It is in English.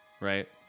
right